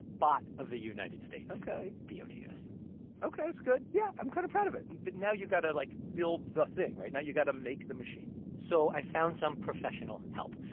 bot of the united states ok b o t u s ok. it's good. yeah. i'm kind of proud of it. and but now you've got to, like, build the thing, right? now you've got to make the machine so i found some professional help.